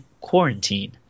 Quarantine